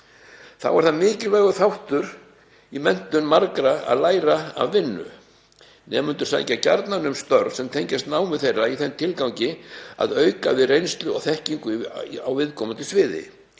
Þá er það mikilvægur þáttur í menntun margra að læra af vinnu. Nemendur sækja gjarnan um störf sem tengjast námi þeirra í þeim tilgangi að auka við reynslu og þekkingu á viðkomandi sviði.